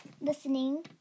listening